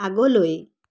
আগলৈ